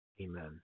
Amen